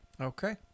okay